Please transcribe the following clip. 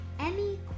Emmy